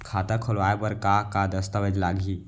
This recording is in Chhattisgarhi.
खाता खोलवाय बर का का दस्तावेज लागही?